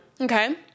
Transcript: Okay